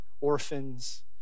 orphans